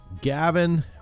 Gavin